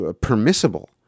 permissible